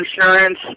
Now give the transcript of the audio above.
insurance